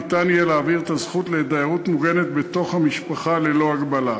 ניתן יהיה להעביר את הזכות לדיירות מוגנת בתוך המשפחה ללא הגבלה.